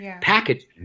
Package